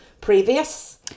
previous